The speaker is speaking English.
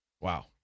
wow